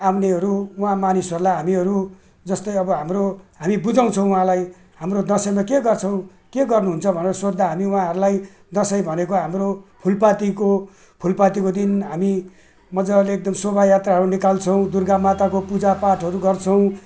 आउनेहरू उहाँ मानिसहरूलाई हामीहरू जस्तै अब हाम्रो हामी बुझाउँछौँ उहाँलाई हाम्रो दसैँमा के गर्छौँ के गर्नुहुन्छ भनेर सोद्धा हामी उहाँहरूलाई दसैँ भनेको हाम्रो फुलपातीको फुलपातीको दिन हामी मजाले एकदम शोभायात्राहरू निकाल्छौँ दुर्गामाताको पूजापाठहरू गर्छौँ